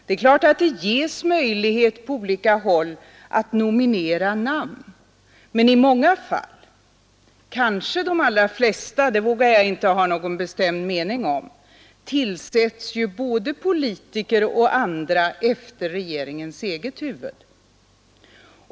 Det är klart att det ges möjlighet på olika håll att nominera namn, men i många fall — kanske de allra flesta, det vågar jag inte ha någon bestämd mening om =— tillsätts ju både politiker och andra efter regeringens eget huvud.